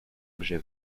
objet